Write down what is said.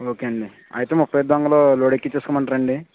okay అండి అయితే ముప్పై ఐదు దుంగలు లోడ్ ఎక్కించేసుకోమంటారా అండి